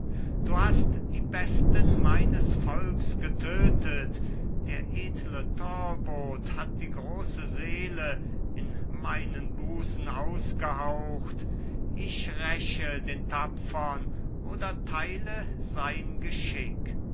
du hast die besten meines volks getötet der edle talbot hat die große seele in meinen busen ausgehaucht ich räche den tapfern oder teile sein geschick